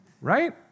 right